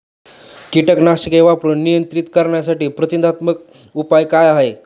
कीटकनाशके वापरून नियंत्रित करण्यासाठी प्रतिबंधात्मक उपाय काय आहेत?